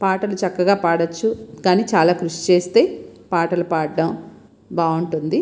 పాటలు చక్కగా పాడచ్చు కానీ చాలా కృషి చేస్తే పాటలు పాడడం బాగుంటుంది